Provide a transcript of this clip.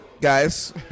guys